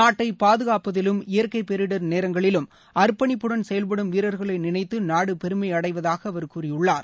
நாட்டை பாதுகாப்பதிலும் இயற்கை பேரிடர் நேரங்களிலும் அர்ப்பணிபுடன் செயல்படும் வீரர்களை நினைத்து நாடு பெருமை அடைவதாக அவர் கூறியுள்ளார்